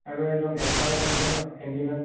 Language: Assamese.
আৰু এজন হেল্পাৰো থাকিব ন হেণ্ডিমেন